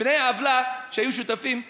בני העוולה שהיו שותפים לשרפות?